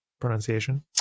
pronunciation